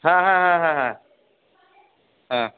হ্যাঁ হ্যাঁ হ্যাঁ হ্যাঁ হ্যাঁ হ্যাঁ